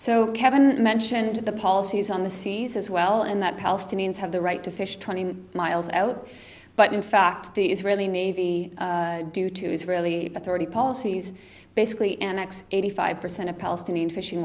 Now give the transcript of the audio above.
so kevin mentioned the policies on the seas as well and that palestinians have the right to fish twenty miles out but in fact the israeli navy due to israeli authority policies basically annex eighty five percent of palestinian fishing